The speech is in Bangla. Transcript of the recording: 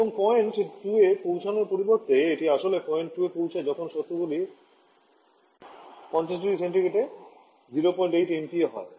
এবং পয়েন্ট 2 এ পৌঁছানোর পরিবর্তে এটি আসলে পয়েন্ট 2 এ পৌঁছায় যখন শর্তগুলি 50 0C এ 08 এমপিএ হয়